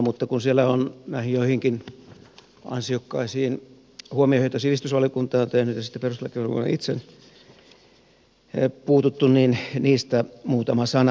mutta kun siellä on näitä joitakin ansiokkaita huomioita joita sivistysvaliokunta on tehnyt ja joihin perustuslakivaliokunta on itse puuttunut niin niistä muutama sana